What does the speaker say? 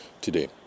today